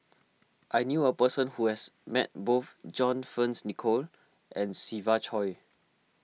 I knew a person who has met both John Fearns Nicoll and Siva Choy